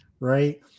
right